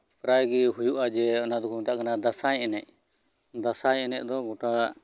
ᱯᱨᱟᱭ ᱜᱮ ᱦᱩᱭᱩᱜᱼᱟ ᱡᱮ ᱚᱱᱟ ᱜᱮ ᱚᱱᱟ ᱫᱚᱠᱚ ᱢᱮᱛᱟᱜ ᱠᱟᱱᱟ ᱫᱟᱸᱥᱟᱭ ᱮᱱᱮᱡ ᱫᱟᱸᱥᱟᱭ ᱮᱱᱮᱡ ᱫᱚ ᱜᱚᱴᱟ